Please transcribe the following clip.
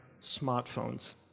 Smartphones